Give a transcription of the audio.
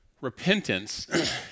Repentance